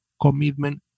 commitment